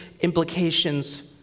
implications